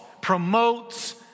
promotes